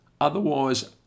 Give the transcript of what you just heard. otherwise